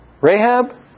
Rahab